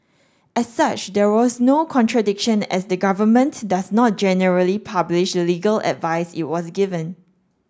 as such there was no contradiction as the government does not generally publish legal advice it was given